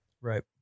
Right